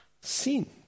sin